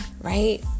right